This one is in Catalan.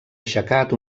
aixecat